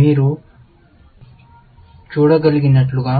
మీరు చూడగలిగినట్లుగా